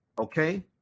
okay